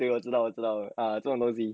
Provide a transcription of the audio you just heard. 我知道我知道 I agree